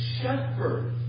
shepherd